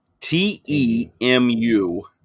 T-E-M-U